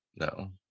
No